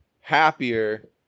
happier